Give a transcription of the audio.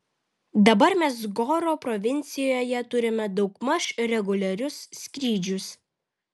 dabar mes goro provincijoje turime daugmaž reguliarius skrydžius